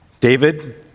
David